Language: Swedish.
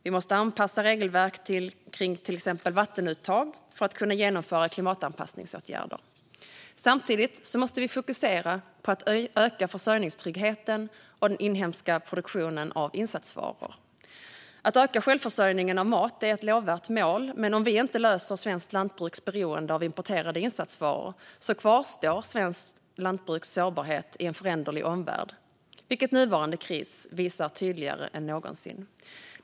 Vi måste anpassa regelverk kring till exempel vattenuttag för att kunna genomföra klimatanpassningsåtgärder. Samtidigt måste vi fokusera på att öka försörjningstryggheten och den inhemska produktionen av insatsvaror. Att öka självförsörjningen av mat är ett lovvärt mål, men om vi inte löser svenskt lantbruks beroende av importerade insatsvaror kvarstår svenskt lantbruks sårbarhet i en föränderlig omvärld, vilket den nuvarande krisen visar tydligare än någonsin.